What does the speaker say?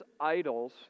idols